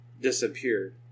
disappeared